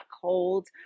cold